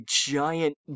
giant